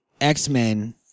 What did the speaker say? X-Men